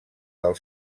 del